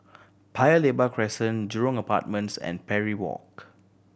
Paya Lebar Crescent Jurong Apartments and Parry Walk